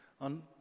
On